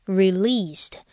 released